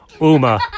Uma